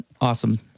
awesome